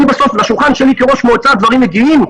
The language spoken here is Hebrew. בסוף לשולחן שלי כראש המועצה הדברים מגיעים.